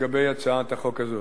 לגבי הצעת החוק הזאת.